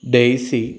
Daisy